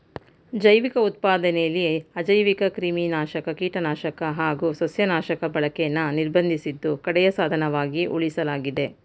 ಜೈವಿಕ ಉತ್ಪಾದನೆಲಿ ಅಜೈವಿಕಕ್ರಿಮಿನಾಶಕ ಕೀಟನಾಶಕ ಹಾಗು ಸಸ್ಯನಾಶಕ ಬಳಕೆನ ನಿರ್ಬಂಧಿಸಿದ್ದು ಕಡೆಯ ಸಾಧನವಾಗಿ ಉಳಿಸಲಾಗಿದೆ